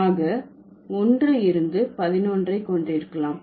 ஆக ஒன்று இருந்து பதினொன்றை கொண்டிருக்கலாம்